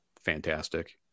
fantastic